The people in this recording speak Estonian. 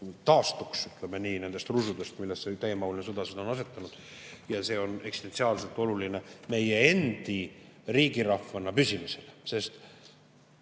taastuks, ütleme nii, nendest rusudest, millesse täiemahuline sõda on selle asetanud. Ja see on eksistentsiaalselt oluline meie endi riigirahvana püsimisele. Sest